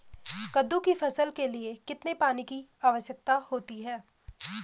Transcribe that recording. कद्दू की फसल के लिए कितने पानी की आवश्यकता होती है?